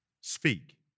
speak